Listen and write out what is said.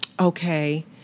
okay